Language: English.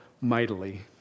mightily